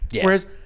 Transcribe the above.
Whereas